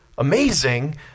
Amazing